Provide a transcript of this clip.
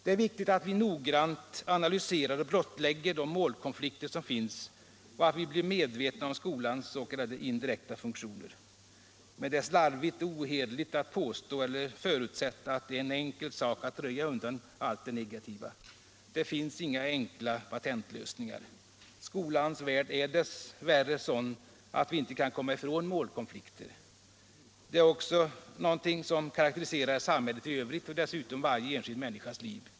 Det är viktigt att vi noggrant analyserar och blottlägger de målkonflikter som finns och att vi blir medvetna om skolans s.k. indirekta funktioner. Men det är slarvigt eller ohederligt att påstå eller förutsätta att det är en enkel sak att röja undan allt det negativa. Det finns inga enkla patentlösningar. Skolans värld är dess värre sådan att vi inte kan komma ifrån målkonflikter. Det är ju också något som karakteriserar samhället i övrigt och dessutom varje enskild människas liv.